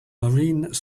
marine